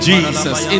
Jesus